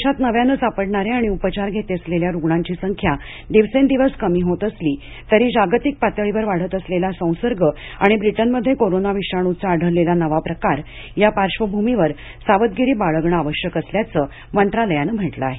देशात नव्यानं सापडणाऱ्या आणि उपचार घेत असलेल्या रुग्णांची संख्या दिवसेंदिवस कमी होत असली तरी जागतिक पातळीवर वाढत असलेला संसर्ग आणि ब्रिटनमध्ये कोरोना विषाणूचा आढळलेला नवा प्रकार या पार्श्वभूमीवर सावधगिरी बाळगणं आवश्यक असल्याचं मंत्रालयानं सांगितलं आहे